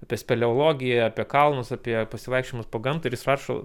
apie speleologiją apie kalnus apie pasivaikščiojimus po gamtą ir jis rašo